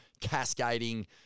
cascading